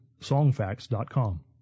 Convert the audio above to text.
songfacts.com